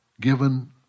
given